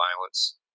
violence